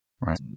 right